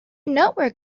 nowhere